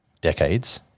decades